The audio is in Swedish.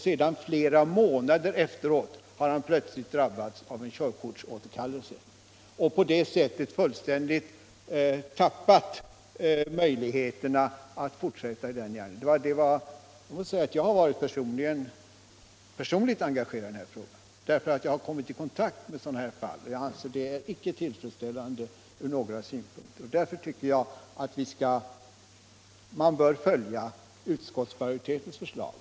Sedan, flera månader efteråt, har han plötsligt drabbats av en körkortsåterkallelse och på det sättet tappat möjligheterna att fortsätta i sitt yrke. Jag har varit personligt engagerad i den här frågan, eftersom jag kommit i kontakt med sådana här fall. Jag anser att situationen inte är tillfredsställande ur några synpunkter, och därför bör man följa utskottsmajoritetens förslag.